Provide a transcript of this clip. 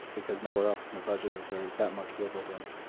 because nowhere else in the budget is there that much wiggle room.